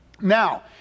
Now